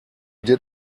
did